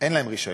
אין להם רישיון,